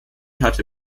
hatte